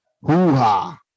hoo-ha